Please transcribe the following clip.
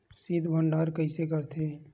शीत भंडारण कइसे करथे?